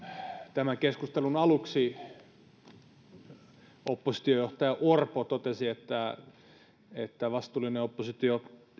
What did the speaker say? tämän keskustelun aluksi oppositiojohtaja orpo totesi että että vastuullinen oppositio